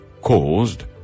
caused